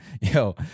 Yo